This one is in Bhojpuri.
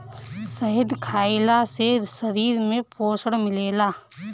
शहद खइला से शरीर में पोषण मिलेला